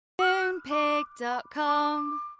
MoonPig.com